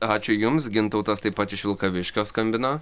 ačiū jums gintautas taip pat iš vilkaviškio skambino